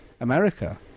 America